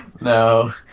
No